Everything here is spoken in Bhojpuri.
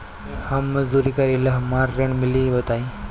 हम मजदूरी करीले हमरा ऋण मिली बताई?